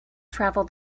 travel